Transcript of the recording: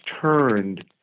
turned